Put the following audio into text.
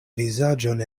vizaĝon